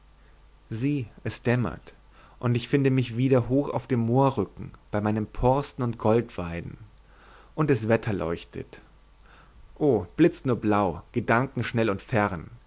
sieh es dämmert und ich finde mich wieder hoch auf dem moorrücken bei meinen porsten und goldweiden und es wetterleuchtet o blitzt nur blau gedankenschnell und fern